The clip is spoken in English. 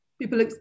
people